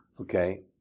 Okay